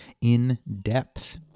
in-depth